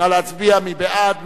נא להצביע, מי בעד?